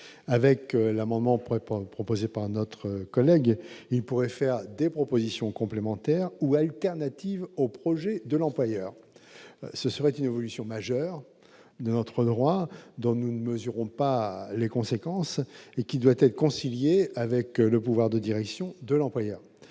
l'amendement de notre collègue Christian Favier, il pourrait à l'avenir formuler des propositions complémentaires ou alternatives au projet de l'employeur. Ce serait une évolution majeure de notre droit, dont nous ne mesurons pas toutes les conséquences, et qui doit être conciliée avec le pouvoir de direction de l'employeur.